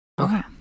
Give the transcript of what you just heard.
okay